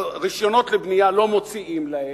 רשיונות לבנייה לא מוציאים להם,